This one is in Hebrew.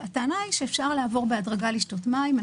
הטענה היא שאפשר לעבור בהדרגה לשתות מים.